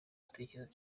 bitekerezo